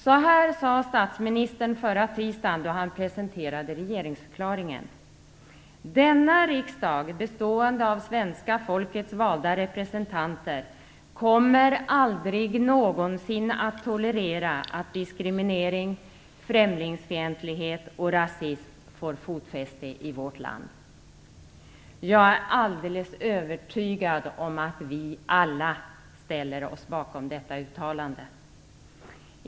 Så här sade statsministern förra tisdagen då han presenterade regeringsförklaringen: "Denna riksdag, bestående av svenska folkets valda representanter, kommer aldrig någonsin tolerera att diskriminering, främlingsfientlighet och rasism får fotfäste i vårt land." Jag är alldeles övertygad om att vi alla ställer oss bakom detta uttalande.